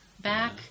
back